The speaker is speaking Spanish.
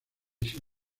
sin